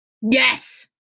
Yes